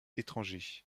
étrangers